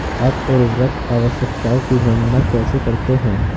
आप उर्वरक आवश्यकताओं की गणना कैसे करते हैं?